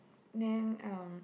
then um